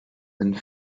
and